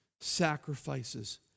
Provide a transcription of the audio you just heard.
sacrifices